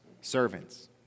servants